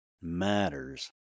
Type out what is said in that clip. matters